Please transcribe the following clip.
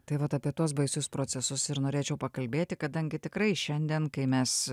tai vat apie tuos baisius procesus ir norėčiau pakalbėti kadangi tikrai šiandien kai mes